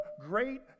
great